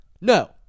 No